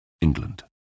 England